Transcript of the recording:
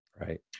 Right